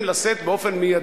להודות לחברי יואל חסון,